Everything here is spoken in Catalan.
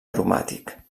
aromàtic